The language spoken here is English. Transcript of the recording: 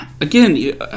Again